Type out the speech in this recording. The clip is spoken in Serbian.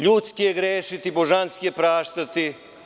Ljudski je grešiti, božanski je praštati.